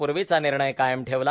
पूर्वीचा निर्णय कायम ठेवला